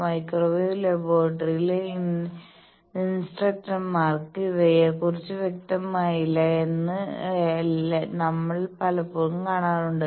microwave ലബോറട്ടറിയിലെ ഇൻസ്ട്രക്ടർമാർക്കും ഇവയെക്കുറിച്ച് വ്യക്തതയില്ല എന്ന് നമ്മൾ പലപ്പോഴും കാണാറുണ്ട്